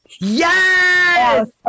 Yes